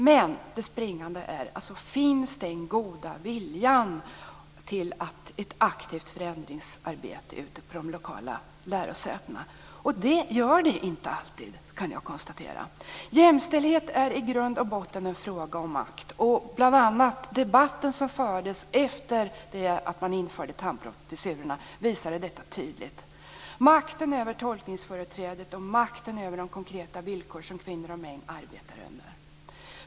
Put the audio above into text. Men den springande punkten är: Finns den goda viljan till ett aktivt förändringsarbete ute på de lokala lärosätena? Det gör den inte alltid, kan jag konstatera. Jämställdhet är i grund och botten en fråga om makt. Det visades tydligt i bl.a. debatten som fördes efter det att man införde Thamprofessurerna. Det gäller makten över tolkningsföreträdet och makten över de konkreta villkor som kvinnor och män arbetar på.